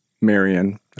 Marion